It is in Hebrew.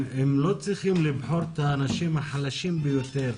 לא צריך לבחור את האנשים החלשים ביותר,